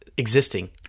existing